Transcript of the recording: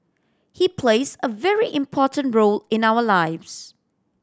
he plays a very important role in our lives